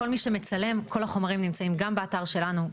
כל החומרים נמצאים גם באתר שלנו,